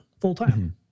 full-time